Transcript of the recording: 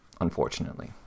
unfortunately